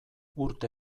urte